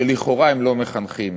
שלכאורה הם לא מחנכים,